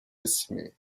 décimées